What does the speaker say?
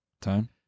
time